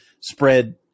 spread